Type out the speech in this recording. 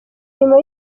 nyuma